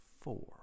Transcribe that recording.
four